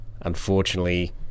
unfortunately